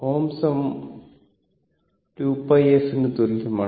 Ω 2πf ന് തുല്യമാണ്